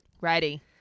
Ready